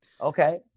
Okay